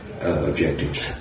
objectives